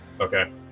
Okay